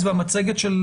הציבור לא יודע על זה.